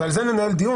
ועל זה ננהל דיון,